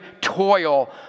toil